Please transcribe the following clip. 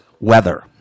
weather